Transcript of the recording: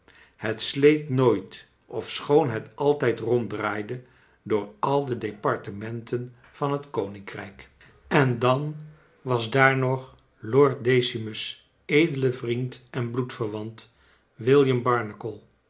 het sleet nooit ofschoon het altijd ronddraaide door al de departementen van het koningrijk en dan was daar nog lord decimus edele vriend en bloedverwant william barnacle